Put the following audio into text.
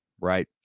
right